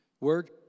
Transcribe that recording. Word